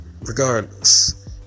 Regardless